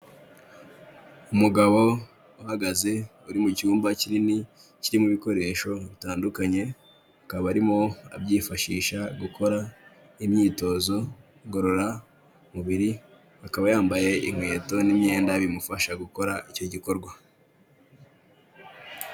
Umugabo uhagaze uri mu cyumba kinini kirimo ibikoresho bitandukanye akaba arimo abyifashisha gukora imyitozo ngororamubiri, akaba yambaye inkweto n'imyenda bimufasha gukora icyo gikorwa.